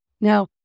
Now